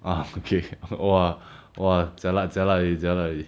ah okay !wah! !wah! jialat jialat jialat already